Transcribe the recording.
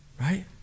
Right